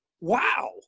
wow